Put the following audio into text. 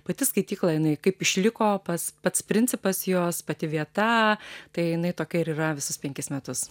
pati skaitykla jinai kaip išliko pats pats principas jos pati vieta tai jinai tokia ir yra visus penkis metus